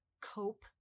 cope